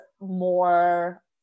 more